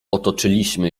otoczyliśmy